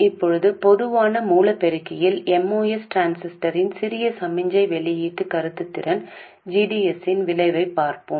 இப்போது பொதுவான மூல பெருக்கியில் MOS டிரான்சிஸ்டரின் சிறிய சமிக்ஞை வெளியீட்டு கடத்துத்திறன் g d s இன் விளைவைப் பார்ப்போம்